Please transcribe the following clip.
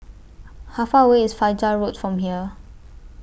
How Far away IS Fajar Road from here